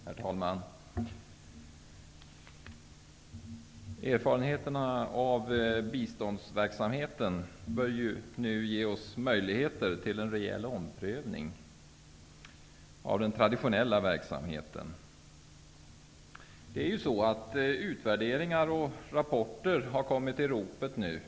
Herr talman! Erfarenheterna av biståndsverksamheten bör nu ge oss möjligheter till en rejäl omprövning av den traditionella verksamheten. Utvärderingar och rapporter har kommit i ropet.